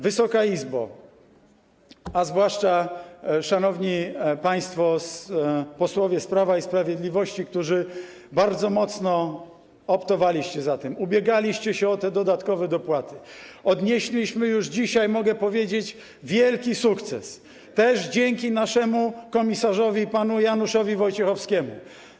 Wysoka Izbo, a zwłaszcza szanowni państwo posłowie z Prawa i Sprawiedliwości, którzy bardzo mocno optowaliście za tym, ubiegaliście się o te dodatkowe dopłaty, odnieśliśmy, już dzisiaj mogę powiedzieć, wielki sukces, też dzięki naszemu komisarzowi panu Januszowi Wojciechowskiemu.